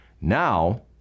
Now